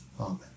Amen